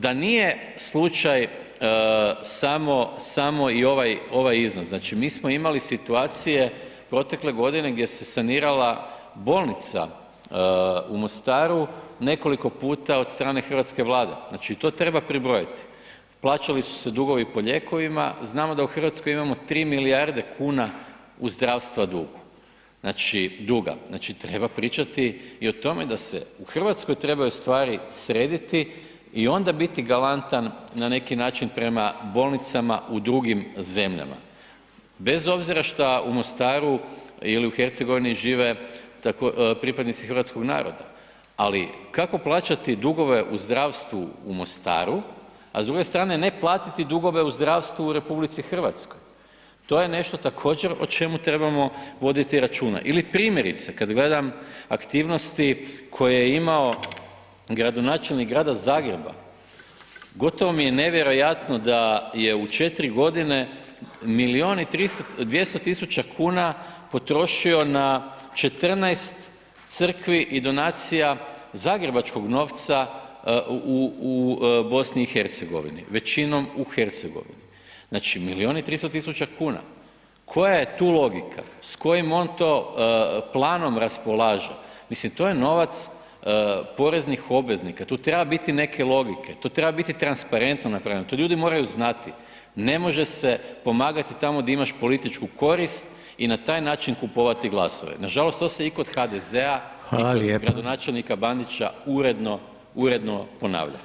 Da nije slučaj samo, samo i ovaj, ovaj iznos, znači mi smo imali situacije protekle godine gdje se sanirala bolnica u Mostaru nekoliko puta od strane hrvatske Vlade, znači i to treba pribrojiti, plaćali su se dugovi po lijekovima, znamo da u RH imamo 3 milijarde kuna u zdravstva dugu, znači duga, znači treba pričati i o tome da se u RH trebaju stvari srediti i onda biti galantan na neki način prema bolnicama u drugim zemljama bez obzira šta u Mostaru ili Hercegovini žive pripadnici hrvatskog naroda, ali kako plaćati dugove u zdravstvu u Mostaru, a s druge strane ne platiti dugove u zdravstvu u RH, to je nešto također o čemu trebamo voditi računa ili primjerice kad gledam aktivnosti koje je imao gradonačelnik Grada Zagreba, gotovo mi je nevjerojatno da je u 4.g. milijun i 200.000,00 kn potrošio na 14 crkvi i donacija zagrebačkog novca u BiH, većinom u Hercegovini, znači milijun i 300.000,00 kn, koja je tu logika, s kojim on to planom raspolaže, mislim to je novac poreznih obveznika, tu treba biti neke logike, tu treba biti transparentno napravljeno, to ljudi moraju znati, ne može se pomagati tamo di imaš političku korist i na taj način kupovati glasove, nažalost to se i kod HDZ-a [[Upadica: Hvala lijepa]] i kod gradonačelnika Bandića uredno, uredno ponavlja.